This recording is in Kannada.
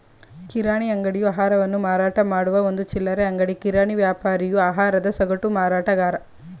ಕಿರಾಣಿ ಅಂಗಡಿಯು ಆಹಾರವನ್ನು ಮಾರಾಟಮಾಡುವ ಒಂದು ಚಿಲ್ಲರೆ ಅಂಗಡಿ ಕಿರಾಣಿ ವ್ಯಾಪಾರಿಯು ಆಹಾರದ ಸಗಟು ಮಾರಾಟಗಾರ